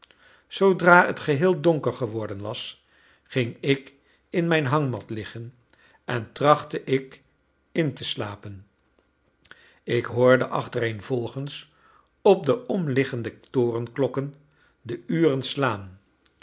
zoodra het geheel donker geworden was ging ik in mijn hangmat liggen en trachtte ik in te slapen ik hoorde achtereenvolgens op de omliggende torenklokken de uren slaan